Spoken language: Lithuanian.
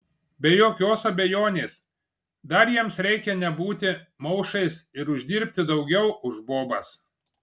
be jokios abejonės dar jiems reikia nebūti maušais ir uždirbti daugiau už bobas